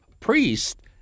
priest